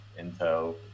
Intel